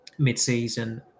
mid-season